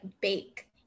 bake